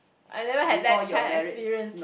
I never had that kind experience